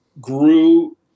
grew